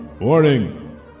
Warning